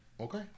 Okay